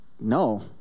No